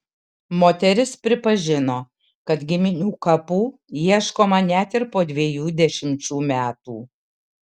moteris pripažino kad giminių kapų ieškoma net ir po dviejų dešimčių metų